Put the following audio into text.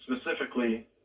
specifically